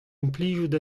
implijout